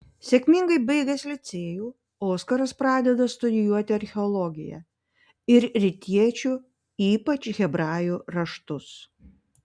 sėkmingai baigęs licėjų oskaras pradeda studijuoti archeologiją ir rytiečių ypač hebrajų raštus